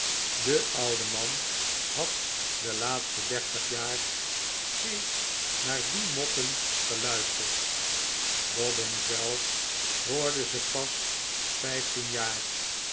de oude man had de laatste dertig jaar steeds naar die moppen geluisterd dobbin zelf hoorde ze pas vijftien jaar